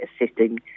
assisting